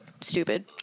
stupid